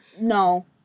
No